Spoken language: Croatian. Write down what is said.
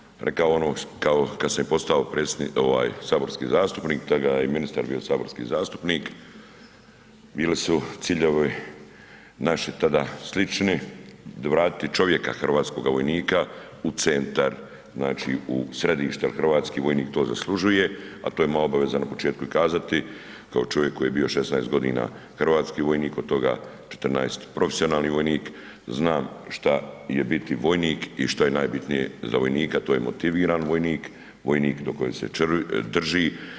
Na početku bih rekao ono kao kada sam postao saborski zastupnik, tada je i ministar bio saborski zastupnik bili su ciljevi naši tada slični, vratiti čovjeka, hrvatskoga vojnika u centar, znači u središte jer hrvatski vojnik to zaslužuje a to je moja obaveza na početku i kazati kao čovjek koji je bio 16 godina hrvatski vojnik, od toga 14 profesionalni vojnik, znam šta je biti vojnik i šta je najbitnije za vojnika, to je motiviran vojnik, vojnik do kojeg se drži.